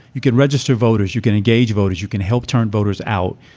you can register voters, you can engage voters. you can help turn voters out.